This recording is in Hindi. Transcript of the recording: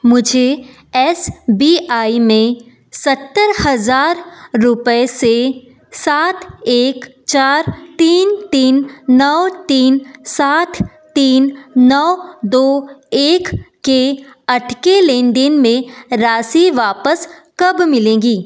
मुझे एस बी आई में सत्तर हज़ार रुपय से सात एक चार तीन तीन नौ तीन सात तीन नौ दो एक के अटके लेन देन में राशि वापस कब मिलेगी